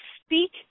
speak